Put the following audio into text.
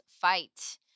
fight